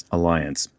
Alliance